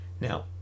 Now